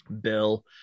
bill